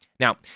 Now